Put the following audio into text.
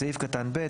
בסעיף קטן (ב),